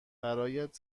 برایت